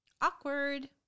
awkward